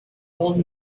old